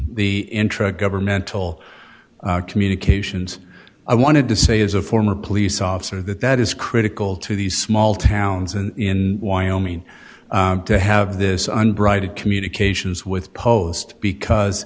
the intragovernmental communications i wanted to say as a former police officer that that is critical to these small towns and in wyoming to have this unbridled communications with post because